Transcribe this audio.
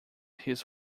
his